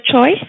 choice